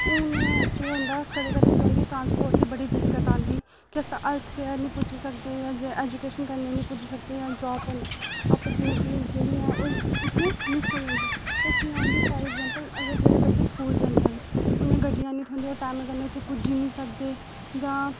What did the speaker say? हून केह् होंदा कदें कदें केह् होंदी ट्रांसपोर्ट दी बड़ी दिक्कत आंदी केह् इस दा अर्थ केह् ऐ नीं पुज्जी सकदे जां ऐजूकेशन करने गी नेईं पुज्जी सकदे जां जाब उप आपूरचूनिटी जेह्ड़ी ऐ इत्थै ओह् मिस होई जंदी ओह् कि'यां फार ऐगजैंपल अगर जेह्ड़े बच्चे स्कूल जंदे न उनेंगी गड्डियां नेईं थ्होंदियां ओह् टैमा कन्नै उत्थै पुज्जी नी सकदे जां